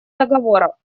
договора